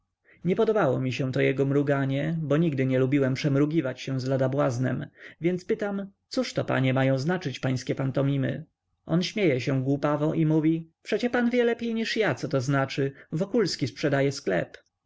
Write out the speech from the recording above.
nie podobało mi się to jego mruganie bo nigdy nie lubiłem przemrugiwać się z lada błaznem więc pytam cóżto panie mają znaczyć pańskie pantominy on śmieje się głupowato i mówi przecież pan wie lepiej aniżeli ja coto znaczy wokulski sprzedaje sklep